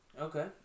Okay